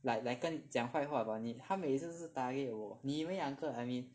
like like 跟讲坏话 about 你他每一次是 target 我你们两个 I mean